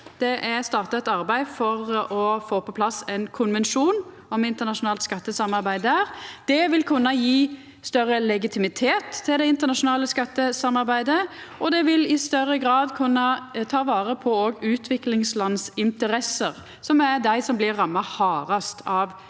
Det er starta eit arbeid for å få på plass ein konvensjon om internasjonalt skattesamarbeid der. Det vil kunna gje større legitimitet til det internasjonale skattesamarbeidet, og det vil i større grad kunna ta vare på interessene til utviklingsland, som er dei som vert ramma hardast av